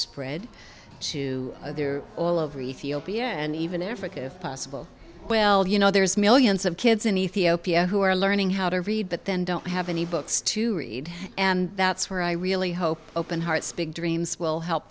spread to other all of reef e o p and even africa if possible well you know there's millions of kids in ethiopia who are learning how to read but then don't have any books to read and that's where i really hope open hearts big dreams will help